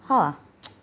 how ah